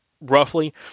roughly